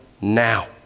now